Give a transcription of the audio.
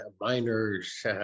Miners